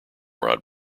rod